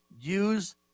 use